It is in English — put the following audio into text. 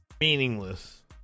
meaningless